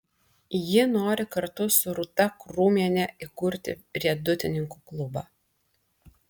ji nori kartu su rūta krūmiene įkurti riedutininkų klubą